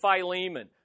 Philemon